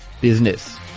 Business